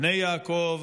בני יעקב,